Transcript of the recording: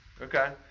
Okay